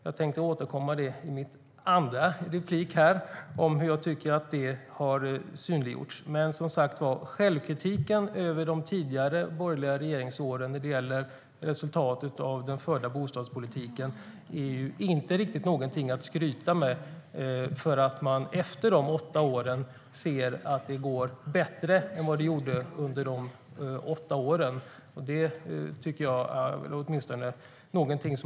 Jag ska i mitt nästa inlägg återkomma till hur jag tycker att det har synliggjorts. Men som sagt, resultatet av den förda bostadspolitiken under de borgerliga regeringsåren är inte något att skryta med. Efter de åtta åren ser man att det går bättre än vad det gjorde under de tidigare åtta åren.